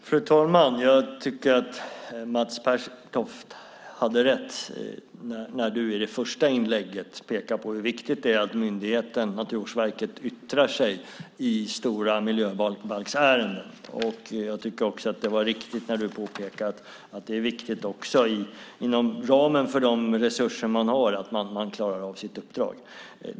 Fru talman! Jag tycker att Mats Pertoft hade rätt när han i det första inlägget pekade på hur viktigt det är att myndigheten Naturvårdsverket yttrar sig i stora miljöbalksärenden. Jag tycker också att det var riktigt när han påpekade att det är viktigt att man inom ramen för de resurser man har klarar av sitt uppdrag.